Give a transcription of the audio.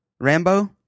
Rambo